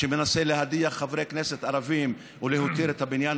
שמנסה להדיח חברי כנסת ערביים ולהותיר את הבניין